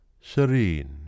serene